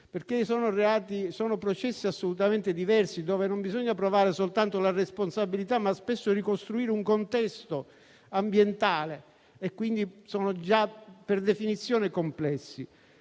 perché sono processi assolutamente diversi, in cui non bisogna provare soltanto la responsabilità, ma spesso ricostruire un contesto ambientale, e quindi sono già per definizione complessi.